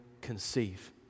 conceive